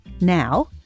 Now